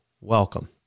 welcome